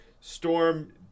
Storm